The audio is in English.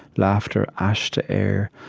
laughter ashed to air,